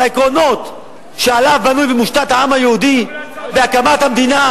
העקרונות שעליהם בנוי ומושתת העם היהודי מהקמת המדינה,